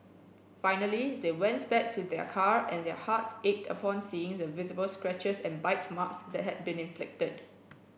finally they went back to their car and their hearts ached upon seeing the visible scratches and bite marks that had been inflicted